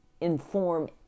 inform